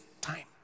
time